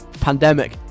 Pandemic